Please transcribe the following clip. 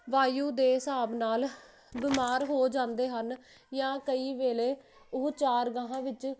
ਵਾਯੂ ਦੇ ਹਿਸਾਬ ਨਾਲ ਬਿਮਾਰ ਹੋ ਜਾਂਦੇ ਹਨ ਜਾਂ ਕਈ ਵੇਲੇ ਉਹ ਚਾਰ ਗਾਹਾਂ ਵਿੱਚ